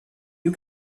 you